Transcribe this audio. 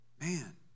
man